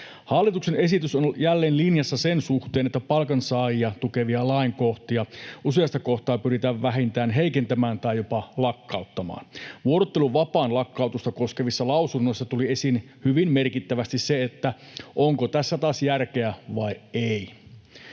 Hallituksen esitys on jälleen linjassa sen suhteen, että palkansaajia tukevia lainkohtia useasta kohtaa pyritään vähintään heikentämään tai jopa lakkauttamaan. Vuorotteluvapaan lakkautusta koskevissa lausunnoissa tuli esiin hyvin merkittävästi se, onko tässä taas järkeä vai ei.